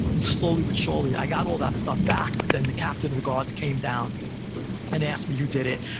slowly but surely, i got all that stuff back, but then the captain of the guards came down and asked me who did it.